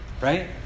right